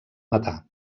metà